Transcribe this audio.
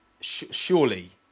surely